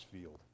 field